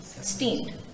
steamed